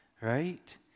right